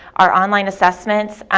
our online assessments,